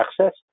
access